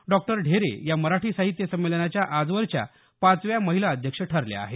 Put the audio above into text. doctor Dhere या मराठी साहित्य संमेलनाच्या आजवरच्या पाचव्या महिला अध्यक्ष ठरल्या आहेत